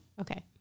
Okay